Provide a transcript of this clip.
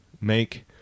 make